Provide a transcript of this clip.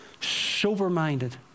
sober-minded